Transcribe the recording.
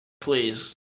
please